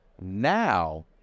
now